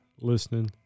listening